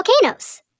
volcanoes